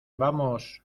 vamos